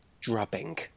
Drubbing